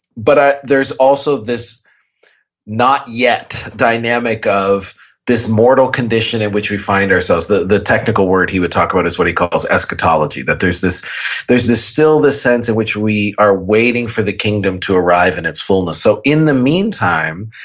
but there's also this not yet dynamic of this mortal condition in which we find ourselves. the the technical word he would talk about is what he calls eschatology. that there's this there's this still the sense in which we are waiting for the kingdom to arrive in its fullness. so in the meantime,